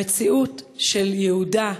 המציאות של יהודה,